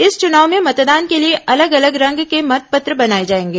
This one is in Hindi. इस चुनाव में मतदान के लिए अलग अलग रंग के मतपत्र बनाए जाएंगे